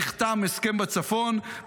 נחתם הסכם בצפון.